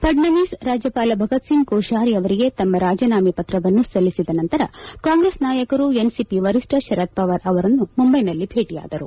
ಫಡ್ನವೀಸ್ ರಾಜ್ಯಪಾಲ ಭಗತ್ಸಿಂಗ್ ಕೋಶಿಯಾರಿ ಅವರಿಗೆ ತಮ್ಮ ರಾಜೀನಾಮೆ ಪತ್ರವನ್ನು ಸಲ್ಲಿಸಿದ ನಂತರ ಕಾಂಗ್ರೆಸ್ ನಾಯಕರು ಎನ್ಸಿಪಿ ವರಿಷ್ಠ ಶರದ್ ಪವಾರ್ ಅವರನ್ನು ಮುಂಬೈನಲ್ಲಿ ಭೇಟಿಯಾದರು